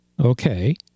Okay